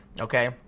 Okay